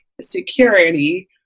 security